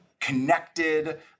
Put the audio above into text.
connected